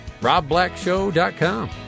robblackshow.com